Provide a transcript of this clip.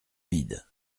vide